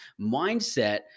mindset